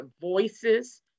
voices